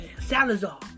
Salazar